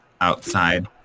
outside